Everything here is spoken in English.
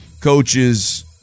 coaches